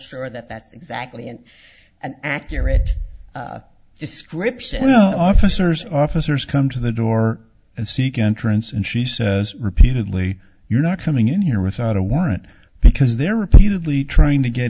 sure that that's exactly an accurate description officers officers come to the door and seek entrance and she says repeatedly you're not coming in here without a warrant because they're repeatedly trying to get